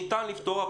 שניתן לפתור,